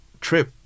trip